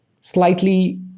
slightly